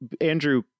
andrew